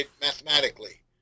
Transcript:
mathematically